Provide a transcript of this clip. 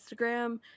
Instagram